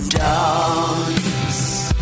dance